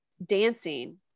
dancing